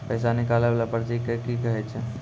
पैसा निकाले वाला पर्ची के की कहै छै?